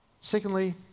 Secondly